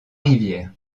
rivières